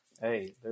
hey